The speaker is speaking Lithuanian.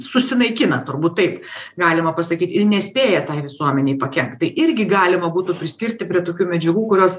susinaikina turbūt taip galima pasakyt ir nespėja tai visuomenei pakenkt tai irgi galima būtų priskirti prie tokių medžiagų kurios